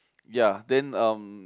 ya then um